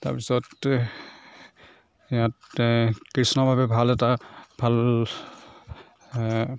তাৰ পিছত ইয়াতে কৃষ্ণৰ বাবে ভাল এটা ভাল